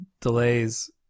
delays